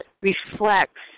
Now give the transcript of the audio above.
reflects